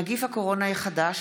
נגיף הקורונה החדש),